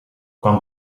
quan